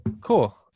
Cool